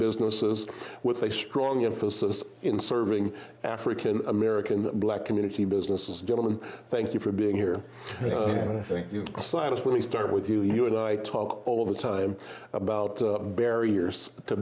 businesses with a strong emphasis in serving african american black community businesses gentlemen thank you for being here and i think you've assigned us let me start with you you and i talk all the time about barriers to